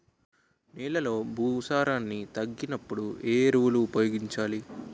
నెలలో భూసారాన్ని తగ్గినప్పుడు, ఏ ఎరువులు ఉపయోగించాలి?